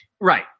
Right